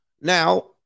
Now